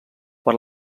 per